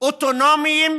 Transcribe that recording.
אוטונומיים